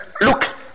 look